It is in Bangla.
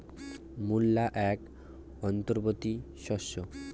মূলা এক অন্তবর্তী শস্য